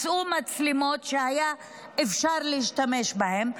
מצאו מצלמות שהיה אפשר להשתמש בהן.